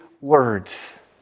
words